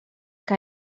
que